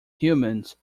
humans